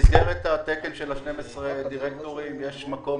במסגרת התקן של 12 הדירקטורים יש מקום